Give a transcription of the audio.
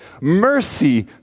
Mercy